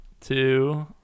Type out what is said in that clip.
two